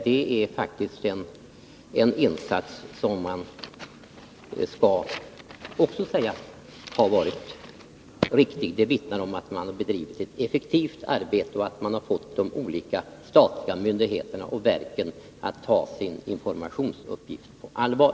Det vittnar om att man bedrivit ett effektivt arbete och att man fått de olika statliga myndigheterna och verken att ta sin informationsuppgift på allvar.